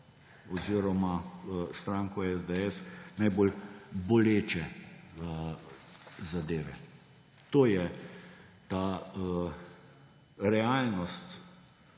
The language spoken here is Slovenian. oziroma stranko SDS najbolj boleče zadeve. To je ta realnost,